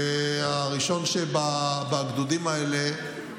הראשון שבגדודים האלה,